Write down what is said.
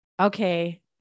okay